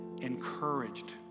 encouraged